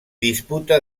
disputa